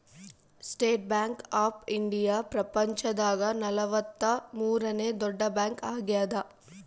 state Bank of India ಪ್ರಪಂಚ ದಾಗ ನಲವತ್ತ ಮೂರನೆ ದೊಡ್ಡ ಬ್ಯಾಂಕ್ ಆಗ್ಯಾದ